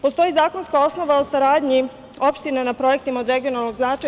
Postoji zakonska osnova o saradnji opština na projektima od regionalnog značaja.